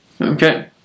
Okay